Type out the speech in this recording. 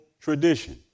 tradition